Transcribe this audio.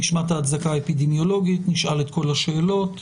נשמע את ההצדקה האפידמיולוגית ונשאל את כל השאלות.